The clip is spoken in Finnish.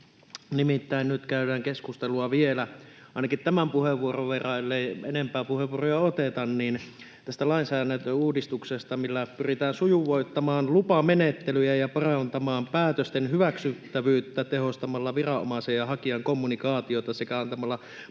nimittäin nyt käydään keskustelua vielä ainakin tämän puheenvuoron verran, ellei enempää puheenvuoroja oteta — tästä lainsäädäntöuudistuksesta, millä pyritään sujuvoittamaan lupamenettelyjä ja parantamaan päätösten hyväksyttävyyttä tehostamalla viranomaisen ja hakijan kommunikaatiota sekä antamalla muille